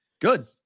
Good